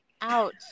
Ouch